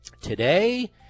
Today